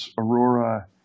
Aurora